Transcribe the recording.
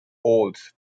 holes